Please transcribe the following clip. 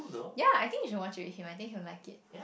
ya I think you should watch it with him I think he will like it